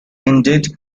indeed